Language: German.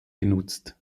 genutzt